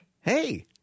Hey